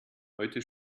heute